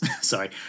Sorry